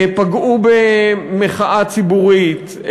פגעו במחאה ציבורית,